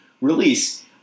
release